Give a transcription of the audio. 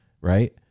right